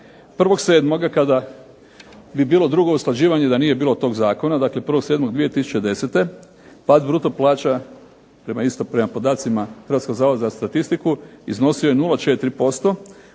1.7. kada bi bilo drugo usklađivanje, da nije bilo tog zakona, dakle 1.7.2010. pad bruto plaća prema podacima Hrvatskog zavoda za statistiku, iznosio je 0,4%